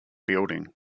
building